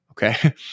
Okay